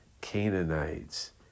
Canaanites